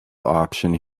option